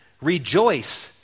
Rejoice